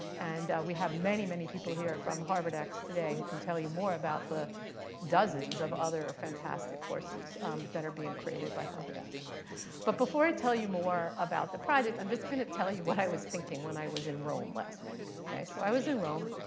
and we have many, many people here from harvardx today who can tell you more about the dozens of other fantastic courses that are being created by harvardx. ah but before i tell you more about the project, i'm just going to tell you what i was thinking when i was in rome last week. ok? so i was in rome.